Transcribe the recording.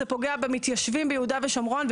זה פוגע במתיישבים ביהודה ושומרון,